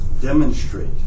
demonstrate